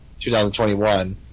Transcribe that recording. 2021